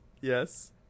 Yes